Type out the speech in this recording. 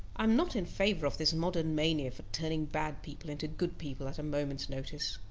i am not in favour of this modern mania for turning bad people into good people at a moment's notice.